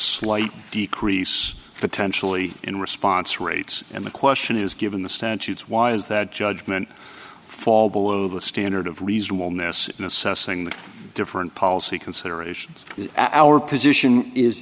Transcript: slight decrease potentially in response rates and the question is given the statutes why is that judgment fall below the standard of reasonable ness in assessing the different policy considerations is our position is